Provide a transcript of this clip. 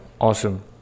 awesome